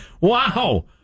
Wow